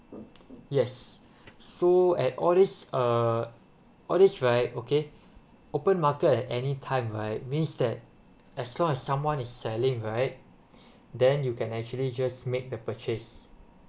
yes so at all this uh all this right okay open market at any right means that as long as someone is selling right then you can actually just make the purchase